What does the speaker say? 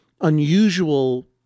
unusual